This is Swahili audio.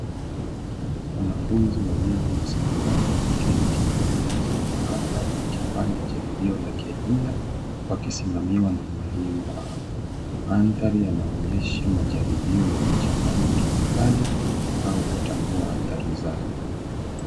Wanafunzi wawili wa sekondari wameketi kwenye meza ya maabara wakifanya jaribi ya kemia wakisimamiwa na mwalimu wao. Mandari yanaonyesha majaribio ya kuchanganya kemikali au kutambua athari zao.